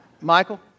Michael